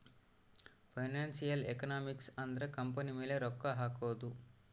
financial economics ಅಂದ್ರ company ಮೇಲೆ ರೊಕ್ಕ ಹಕೋದು